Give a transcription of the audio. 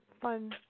fun